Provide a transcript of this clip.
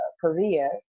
career